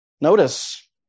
Notice